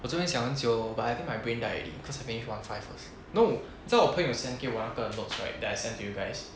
我这边想很久 but I think my brain died already cause I may one five first no 你知道我朋友 send 给我那个 notes right that I send to you guys